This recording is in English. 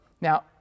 Now